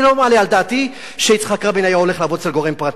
אני לא מעלה על דעתי שיצחק רבין היה הולך לעבוד אצל גורם פרטי,